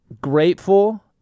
grateful